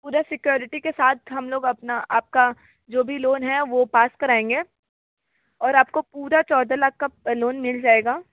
पूरा सिक्योरिटी के साथ हम लोग अपना आपका जो भी लोन है वो पास कराएँगे और आपको पूरा चौदह लाख का लोन मिल जाएगा